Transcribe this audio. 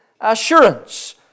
assurance